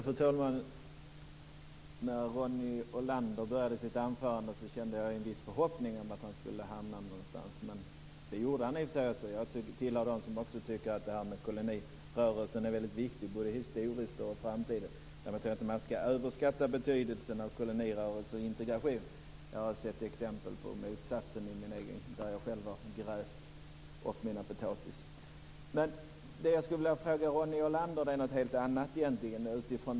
Fru talman! När Ronny Olander började sitt anförande kände jag en viss förhoppning om att han skulle hamna någonstans, och det gjorde han i och för sig också. Jag hör också till dem som tycker att kolonirörelsen är väldigt viktig både historiskt och för framtiden. Men jag tror inte att man ska överskatta betydelsen av kolonirörelse och integration. Jag har sett exempel på motsatsen där jag själv har grävt upp min potatis. Det som jag skulle vilja fråga Ronny Olander om är något helt annat egentligen.